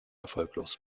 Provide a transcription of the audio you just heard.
erfolglos